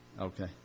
Okay